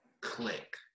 click